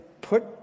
put